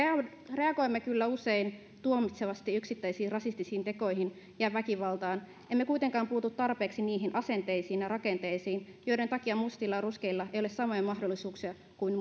reagoimme kyllä usein tuomitsevasti yksittäisiin rasistisiin tekoihin ja väkivaltaan emme kuitenkaan puutu tarpeeksi niihin asenteisiin ja rakenteisiin joiden takia mustilla ja ruskeilla ei ole samoja mahdollisuuksia kuin